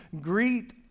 greet